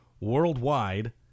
Worldwide